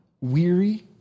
Weary